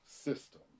system